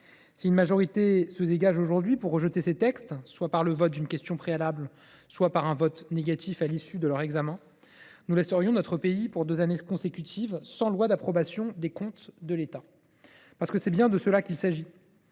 Si une majorité se dégage aujourd’hui pour rejeter ces textes, soit par le vote d’une question préalable, soit par un vote négatif à l’issue de leur examen, nous laisserons notre pays, pour deux années consécutives, sans lois d’approbation des comptes de l’État. En effet, il s’agit